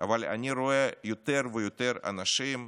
אבל אני רואה יותר ויותר אנשים,